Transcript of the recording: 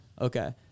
Okay